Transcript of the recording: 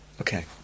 Okay